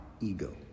ego